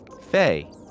Faye